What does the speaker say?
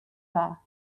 ball